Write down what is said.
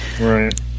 Right